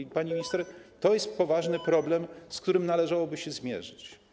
I, panie ministrze, to jest poważny problem, z którym należałoby się zmierzyć.